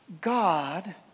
God